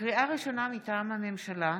לקריאה ראשונה, מטעם הממשלה,